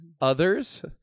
others